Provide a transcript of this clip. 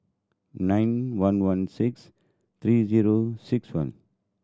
nine one one six three zero six one